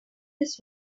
this